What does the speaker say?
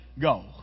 go